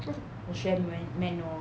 cause 我学 man~ manual